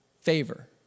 Favor